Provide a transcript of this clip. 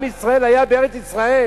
עם ישראל היה בארץ-ישראל,